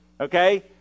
okay